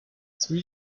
three